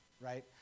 right